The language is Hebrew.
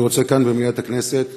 אני רוצה כאן במליאת הכנסת